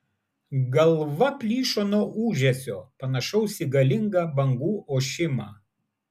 galva plyšo nuo ūžesio panašaus į galingą bangų ošimą